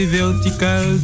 vertical